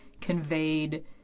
conveyed